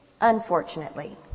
unfortunately